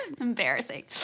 Embarrassing